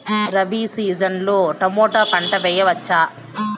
Rabi season లో tomato పంట వేయవచ్చా?